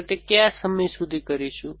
આપણે તે કયા સમય સુધી કરીશું